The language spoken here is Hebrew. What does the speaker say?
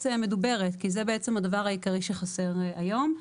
מדוברת כי זה בעצם הדבר העיקרי שחסר היום.